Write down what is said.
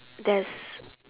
that's